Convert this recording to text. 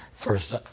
First